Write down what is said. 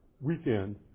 weekend